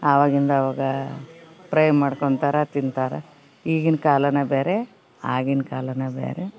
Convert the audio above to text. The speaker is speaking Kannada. ಆವಾಗಿಂದ ಆವಾಗ ಪ್ರೈ ಮಾಡ್ಕೊಳ್ತಾರೆ ತಿಂತಾರ ಈಗಿನ ಕಾಲನೆ ಬೇರೆ ಆಗಿನ ಕಾಲನೆ ಬೇರೆ